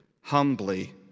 humbly